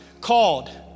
called